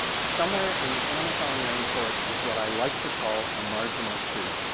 somewhere in the amazon rainforest is what i like to call a marginal tree.